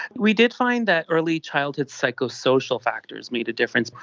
we did find that early childhood psychosocial factors made a difference,